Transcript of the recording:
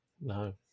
No